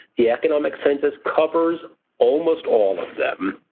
the economic census covers almost all of them.